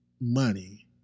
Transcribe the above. money